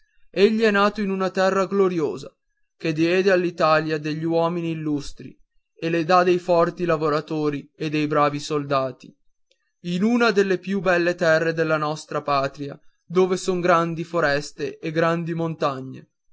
egli è nato in una terra gloriosa che diede all'italia degli uomini illustri e le dà dei forti lavoratori e dei bravi soldati in una delle più belle terre della nostra patria dove son grandi foreste e grandi montagne